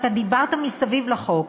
אתה דיברת מסביב לחוק.